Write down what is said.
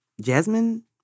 Jasmine